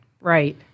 Right